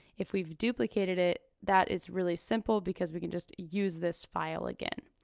if we've duplicated it, that is really simple because we can just use this file again.